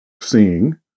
seeing